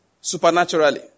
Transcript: supernaturally